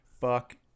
fuck